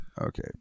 Okay